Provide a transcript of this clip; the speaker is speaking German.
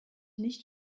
nicht